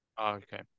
Okay